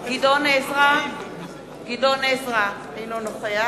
בעד גדעון עזרא, אינו נוכח